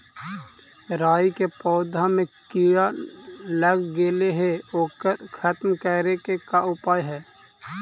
राई के पौधा में किड़ा लग गेले हे ओकर खत्म करे के का उपाय है?